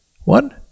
one